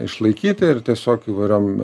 išlaikyti ir tiesiog įvairiom